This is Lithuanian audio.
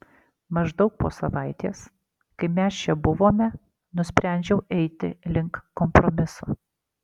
maždaug po savaitės kai mes čia buvome nusprendžiau eiti link kompromiso